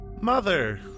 Mother